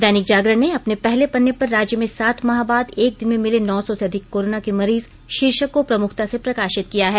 दैनिक जागरण ने अपने पहले पन्ने पर राज्य में सात माह बाद एक दिन में मिले नौ सौ से अधिक कोरोना के मरीज शीर्षक को प्रमुखता से प्रकाशित किया है